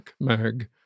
mag